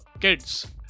kids